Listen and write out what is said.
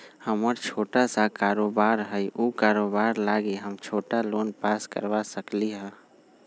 हमर छोटा सा कारोबार है उ कारोबार लागी हम छोटा लोन पास करवा सकली ह?